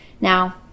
Now